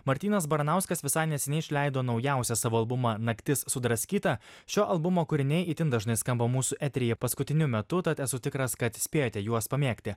martynas baranauskas visai neseniai išleido naujausią savo albumą naktis sudraskyta šio albumo kūriniai itin dažnai skamba mūsų eteryje paskutiniu metu tad esu tikras kad spėjote juos pamėgti